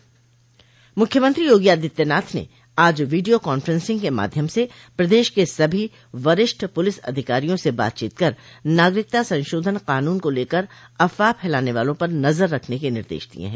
मुख्यमंत्री योगी आदित्यनाथ ने आज वीडियो कांफ्रेंसिंग के माध्यम से प्रदेश के सभी वरिष्ठ पुलिस अधिकारियों से बातचीत कर नागरिकता संशोधन कानून को लेकर अफवाह फैलाने वालों पर नजर रखने के निर्देश दिये हैं